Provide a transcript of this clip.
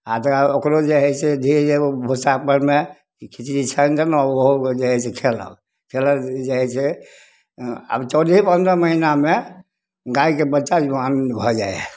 आ तकरा बाद ओकरो जे हइ से धीरे धीरे भुस्सा परमे खिचड़ी सानि देल्लहुॅं ओहो जे हइ से खेल्लक खेलक जे हइ से आब चौदहे पन्द्रह महीनामे गायके बच्चा जुआन भऽ जाइ हइ